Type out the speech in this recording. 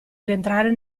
rientrare